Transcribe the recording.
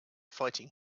fighting